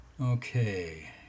Okay